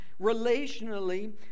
relationally